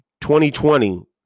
2020